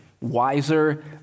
wiser